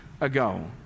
ago